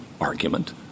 argument